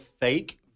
fake